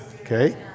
Okay